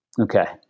Okay